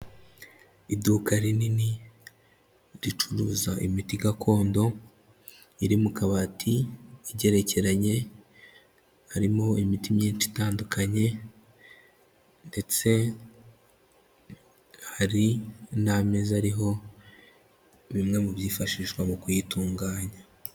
Iduka rinini ricuruza imiti gakondo, iri mu kabati igerekeranye, harimo imiti myinshi itandukanye, ndetse hari n'ameza ariho bimwe mu byifashishwa mu kuyitunganya.